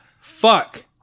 fuck